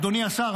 אדוני השר,